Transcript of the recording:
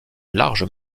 large